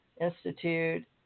Institute